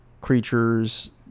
Creatures